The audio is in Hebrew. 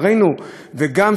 וגם צריך להיות לחרדתנו,